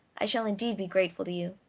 i shall indeed be grateful to you.